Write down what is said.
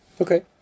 Okay